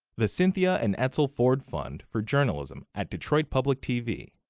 the cynthia and etzel ford fund for journalism, at detroit public tv.